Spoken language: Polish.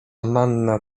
manna